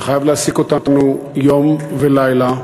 וחייב להעסיק אותנו יום ולילה,